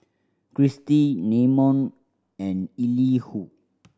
Kristi Namon and Elihu